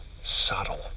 subtle